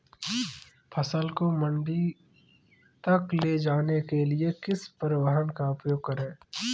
फसल को मंडी तक ले जाने के लिए किस परिवहन का उपयोग करें?